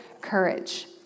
courage